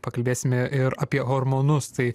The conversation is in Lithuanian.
pakalbėsime ir apie hormonus tai